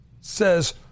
says